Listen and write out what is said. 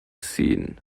seen